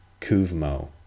Kuvmo